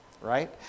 right